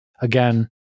again